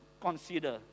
consider